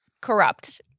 corrupt